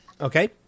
Okay